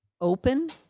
open